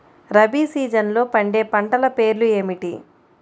రబీ సీజన్లో పండే పంటల పేర్లు ఏమిటి?